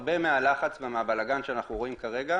הרבה מהלחץ ומהבלגאן שאנחנו רואים כרגע,